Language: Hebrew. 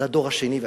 לדור השני והשלישי,